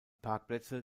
parkplätze